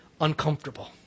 uncomfortable